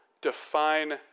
define